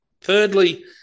Thirdly